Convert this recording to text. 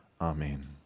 Amen